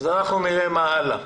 אנחנו נראה מה הלאה.